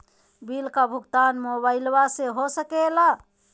Bill का भुगतान का मोबाइलवा से हो सके ला?